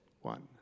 One